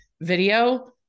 video